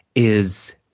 is